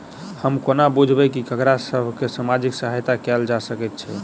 हम कोना बुझबै सँ ककरा सभ केँ सामाजिक सहायता कैल जा सकैत छै?